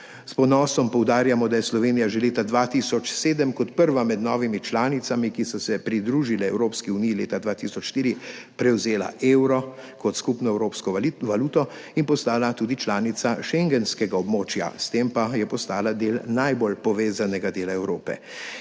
S ponosom poudarjamo, da je Slovenija že leta 2007 kot prva med novimi članicami, ki so se pridružile Evropski uniji leta 2004, prevzela evro kot skupno evropsko valuto in postala tudi članica schengenskega območja, s tem pa je postala del najbolj povezanega dela Evrope.